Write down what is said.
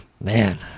man